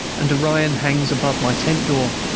and orion hangs above my tent-door,